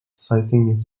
citing